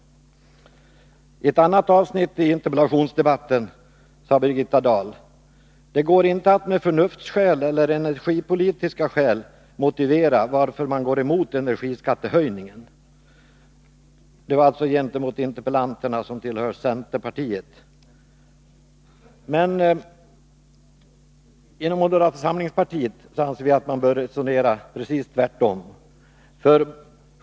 I ett annat avsnitt i interpellationsdebatten sade Birgitta Dahl — gentemot interpellanterna, som tillhör centerpartiet: ”Det går inte att med förnuftsskäl eller energipolitiska skäl motivera varför man går emot energiskattehöjningen.” Men inom moderata samlingspartiet anser vi att man bör resonera precis tvärtom.